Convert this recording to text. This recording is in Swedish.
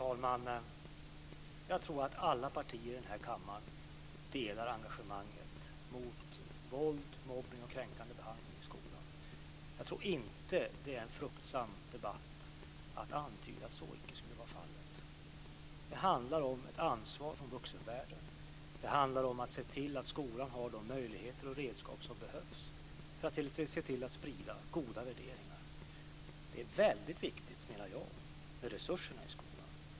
Fru talman! Jag tror att alla partier i den här kammaren delar engagemanget mot våld, mobbning och kränkande behandling i skolan. Jag tror inte att det är en fruktsam debatt att antyda att så icke är fallet. Det handlar om ett ansvar från vuxenvärlden. Det handlar om att se till att skolan har de möjligheter och redskap som behövs för att se till att sprida goda värderingar. Det är väldigt viktigt, menar jag, med resurserna i skolan.